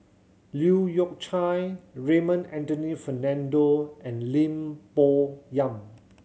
Leu Yew Chye Raymond Anthony Fernando and Lim Bo Yam